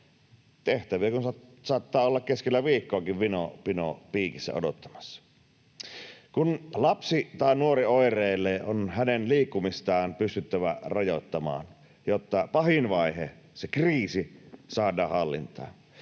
tehtäviä kun saattaa olla keskellä viikkoakin vino pino piikissä odottamassa. Kun lapsi tai nuori oireilee, on hänen liikkumistaan pystyttävä rajoittamaan, jotta pahin vaihe, se kriisi, saadaan hallintaan.